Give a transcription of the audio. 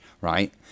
right